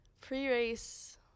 pre-race